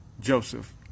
Joseph